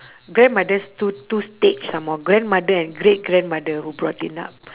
grandmothers two two stage some more grandmother and great grandmother who brought him up